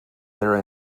their